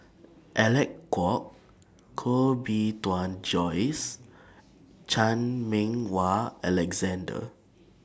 Alec Kuok Koh Bee Tuan Joyce Chan Meng Wah Alexander